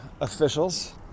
officials